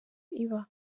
iba